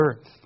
earth